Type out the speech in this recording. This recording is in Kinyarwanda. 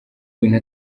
bintu